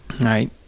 right